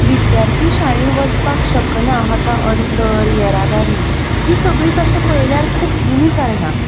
विद्यार्थी शाळेंत वचपाक शकना हाका अंतर येरादारी हीं सगळीं तशें पयल्यार खूब जुनी कारणां